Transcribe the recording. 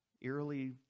eerily